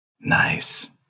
nice